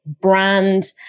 brand